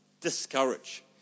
discourage